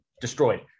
destroyed